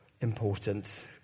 important